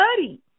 study